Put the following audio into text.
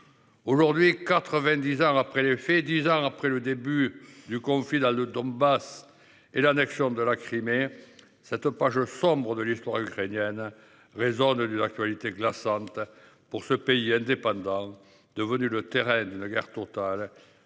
Aujourd'hui, 90 ans après les faits. 10 ans après le début du conflit dans le Donbass et l'annexion de la Crimée. Ça te pages sombres de l'histoire a ukrainienne résonne une actualité glaçante pour ce pays indépendant devenue le terrain d'une guerre totale